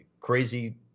crazy